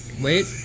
Wait